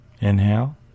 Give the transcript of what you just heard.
Inhale